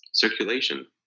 circulation